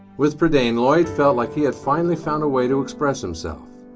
with prydain, lloyd felt like he had finally found a way to express himself,